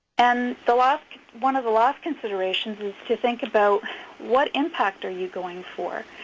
and the last one of the last considerations is to think about what impact are you going for?